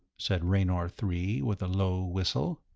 said raynor three, with a low whistle.